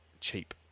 cheap